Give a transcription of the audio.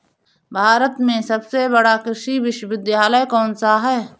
भारत में सबसे बड़ा कृषि विश्वविद्यालय कौनसा है?